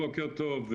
בוקר טוב,